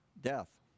Death